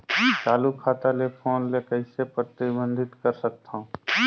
चालू खाता ले फोन ले कइसे प्रतिबंधित कर सकथव?